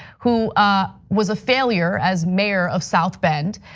who ah was a failure as mayor of south bend.